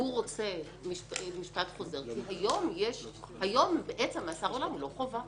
רוצה משפט חוזר כי היום בעצם מאסר עולם הוא לא חובה.